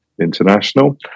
international